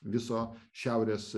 viso šiaurės